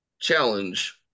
challenge